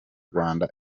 rwanda